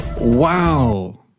wow